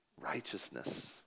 righteousness